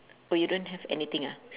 oh you don't have anything ah